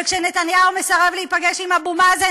וכשנתניהו מסרב להיפגש עם אבו מאזן,